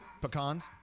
Pecans